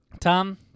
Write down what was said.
Tom